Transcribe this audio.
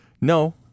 No